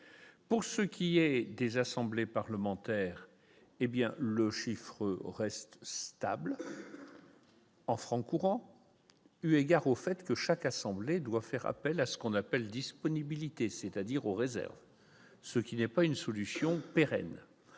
pour ce qui est des assemblées parlementaires, hé bien le chiffre reste stable. En francs courants, eu égard au fait que chaque assemblée doit faire appel à ce qu'on appelle disponibilité, c'est-à-dire aux réserves, ce qui n'est pas une solution pérenne